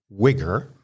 Wigger